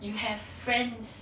you have friends